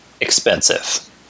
expensive